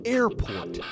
Airport